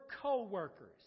coworkers